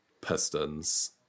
Pistons